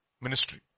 ministry